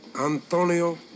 Antonio